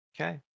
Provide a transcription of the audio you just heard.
Okay